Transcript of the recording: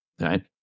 Right